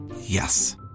Yes